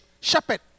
shepherd